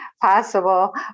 possible